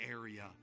area